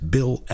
Bill